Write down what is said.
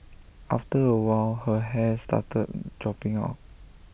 after A while her hair started dropping out